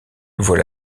voit